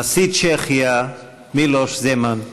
נשיא צ'כיה מילוש זמאן.